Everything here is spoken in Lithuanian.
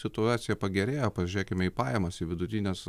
situacija pagerėjo pažiūrėkime į pajamas vidutines